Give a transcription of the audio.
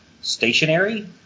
stationary